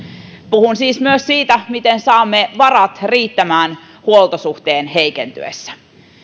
puhun siis myös siitä miten saamme varat riittämään huoltosuhteen heikentyessä